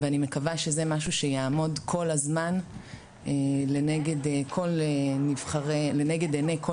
ואני מקווה שזה משהו שיעמוד כל הזמן לנגד עיני כל